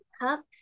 cups